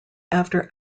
after